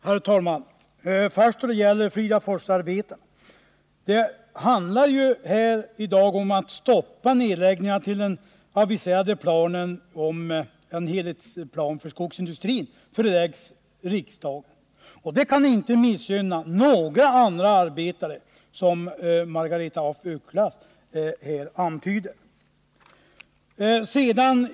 Herr talman! Först till frågan om Fridaforsarbetarna. Det handlar ju i dag om att stoppa nedläggningar till dess att den aviserade helhetsplanen för skogsindustrin förelagts riksdagen. Det kan inte missgynna några andra arbetare, något som Margaretha af Ugglas här antydde.